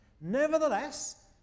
Nevertheless